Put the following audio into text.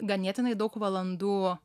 ganėtinai daug valandų